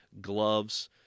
gloves